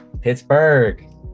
pittsburgh